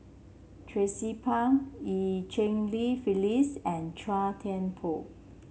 Tracie Pang Eu Cheng Li Phyllis and Chua Thian Poh